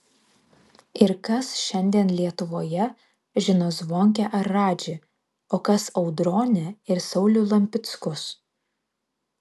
ir kas šiandien lietuvoje žino zvonkę ar radžį o kas audronę ir saulių lampickus